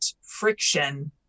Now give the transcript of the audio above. friction